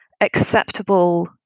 acceptable